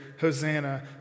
Hosanna